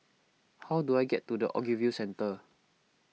how do I get to the Ogilvy Centre